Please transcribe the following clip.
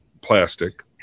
plastic